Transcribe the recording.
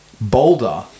Boulder